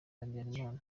habyalimana